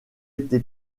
été